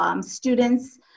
students